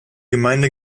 gemeinde